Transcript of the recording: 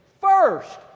first